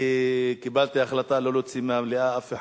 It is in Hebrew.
אני קיבלתי החלטה לא להוציא מהמליאה אף אחד.